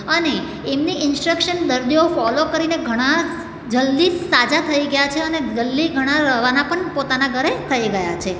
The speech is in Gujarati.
અને એમની ઇન્સ્ટ્રક્શન દર્દીઓ ફોલો કરીને ઘણા જલદી સાજા થઈ ગયા છે અને જલદી ઘણા રવાના પણ પોતાના ઘરે થઈ ગયા છે